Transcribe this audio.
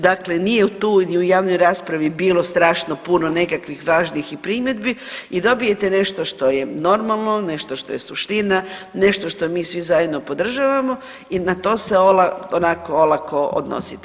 Dakle nije tu ni u javnoj raspravi bilo strašno puno nekakvih važnih i primjedbi i dobijete nešto što je normalno, nešto što je suština, nešto što mi svi zajedno podržavamo i na to .../nerazumljivo/... onako, olako odnosite.